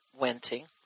wenting